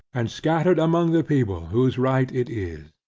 and scattered among the people whose right it is.